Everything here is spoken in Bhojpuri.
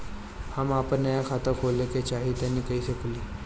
हम आपन नया खाता खोले के चाह तानि कइसे खुलि?